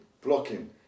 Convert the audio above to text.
blocking